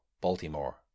Baltimore